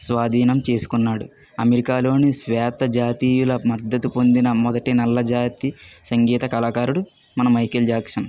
స్వాధీనం చేసుకున్నాడు అమెరికాలోని శ్వేత జాతీయులు మద్దతు పొందిన మొదటి నల్లజాతి సంగీత కళాకారుడు మన మైకల్ జాక్సన్